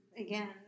again